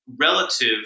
relative